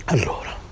Allora